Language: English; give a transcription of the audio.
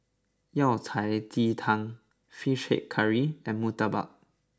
Yao Cai Ji Tang Fish Head Curry and Murtabak